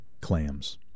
clams